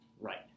Right